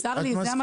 צר לי, זה המצב.